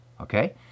Okay